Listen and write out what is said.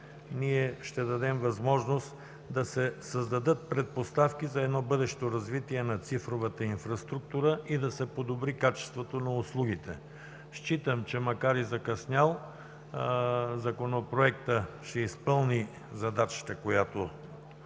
ние ще дадем възможност да се създадат предпоставки за едно бъдещо развитие на цифровата инфраструктура и да се подобри качеството на услугите. Считам, че макар и закъснял, Законопроектът ще изпълни задачата, която